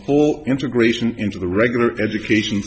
full integration into the regular education